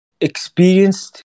experienced